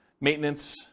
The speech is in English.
maintenance